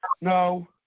No